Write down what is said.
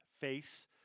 Face